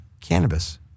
cannabis